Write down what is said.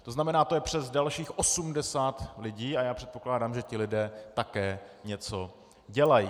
To znamená, to je přes dalších 80 lidí, a já předpokládám, že ti lidé také něco dělají.